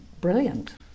brilliant